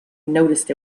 noticed